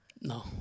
no